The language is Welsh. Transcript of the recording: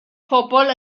pobl